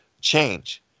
change